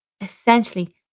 Essentially